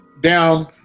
down